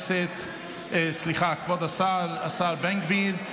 ולכבוד השר בן גביר,